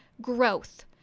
growth